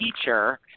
teacher